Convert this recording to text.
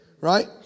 right